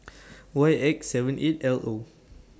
Y X seven eight L O